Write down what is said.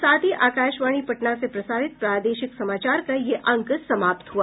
इसके साथ ही आकाशवाणी पटना से प्रसारित प्रादेशिक समाचार का ये अंक समाप्त हुआ